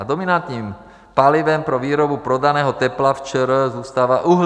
Dominantním palivem pro výrobu prodaného tepla v ČR zůstává uhlí.